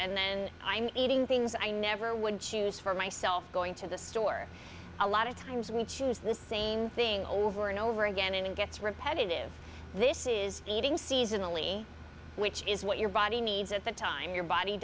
and then i'm eating things i never would choose for myself going to the store a lot of times we choose the same thing over and over again and it gets repetitive this is eating seasonally which is what your body needs at the time your body